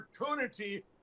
opportunity